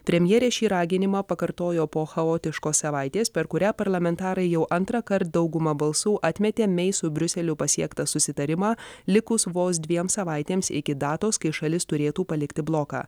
premjerė šį raginimą pakartojo po chaotiškos savaitės per kurią parlamentarai jau antrąkart dauguma balsų atmetė mei su briuseliu pasiektą susitarimą likus vos dviems savaitėms iki datos kai šalis turėtų palikti bloką